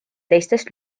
teistest